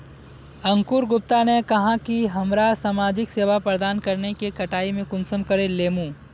अंकूर गुप्ता ने कहाँ की हमरा समाजिक सेवा प्रदान करने के कटाई में कुंसम करे लेमु?